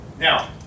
Now